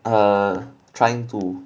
err trying to